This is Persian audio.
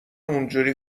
اونحوری